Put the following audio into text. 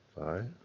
five